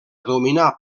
dominar